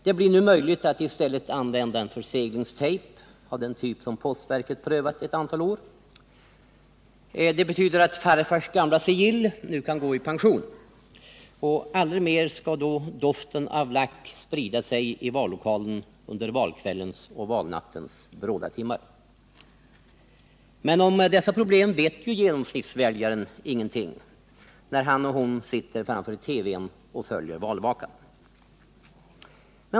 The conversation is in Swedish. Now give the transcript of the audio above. Det blir nu i stället möjligt att använda en förseglingstejp av den typ som postverket prövat ett antal år. Det betyder att farfars gamla sigill kan gå i pension och att doften av lack aldrig mer skall sprida sig i vallokalen under valkvällens och valnattens bråda timmar. Men om dessa problem vet genomsnittsväljaren ingenting när han eller hon sitter framför TV:n och följer valvakan.